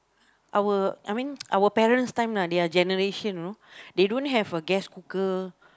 our I mean our parents time lah their generation you know they don't have a gas cooker